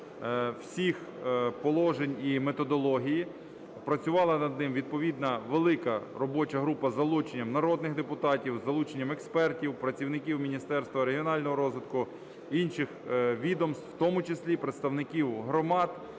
всіх положень і методологій. Працювала над ним відповідна велика робоча група з залученням народних депутатів, з залученням експертів, працівників Міністерства регіонального розвитку, інших відомств, в тому числі і представників громад,